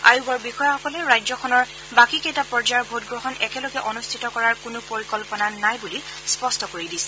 আয়োগৰ বিষয়াসকলে ৰাজ্যখনৰ বাকীকেইটা পৰ্যায়ৰ ভোটগ্ৰহণ একেলগে অনুষ্ঠিত কৰাৰ কোনো পৰিকল্পনা নাই বুলি স্পষ্ট কৰি দিছে